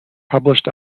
published